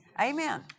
Amen